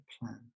plan